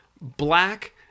Black